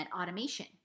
automation